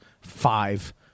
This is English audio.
Five